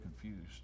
confused